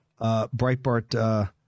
Breitbart